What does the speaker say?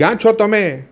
ક્યાં છો તમે